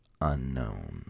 unknown